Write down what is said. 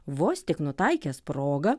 vos tik nutaikęs progą